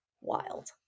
Wild